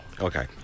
Okay